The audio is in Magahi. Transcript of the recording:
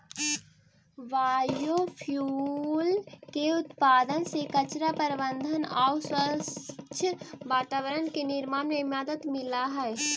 बायोफ्यूल के उत्पादन से कचरा प्रबन्धन आउ स्वच्छ वातावरण के निर्माण में मदद मिलऽ हई